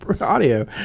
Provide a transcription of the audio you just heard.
audio